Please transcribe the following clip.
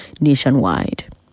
nationwide